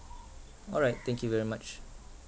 all right thank you very much